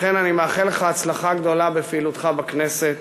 לכן, אני מאחל לך הצלחה גדולה בפעילותך בכנסת.